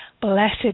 Blessed